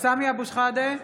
סמי אבו שחאדה,